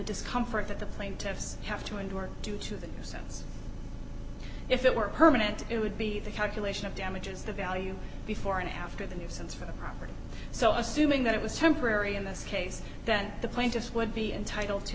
discomfort that the plaintiffs have to endure due to the nuisance if it were permanent it would be the calculation of damages the value before and after the nuisance for the property so assuming that it was temporary in this case then the plaintiffs would be entitled to